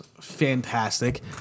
Fantastic